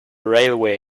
railway